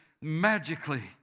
magically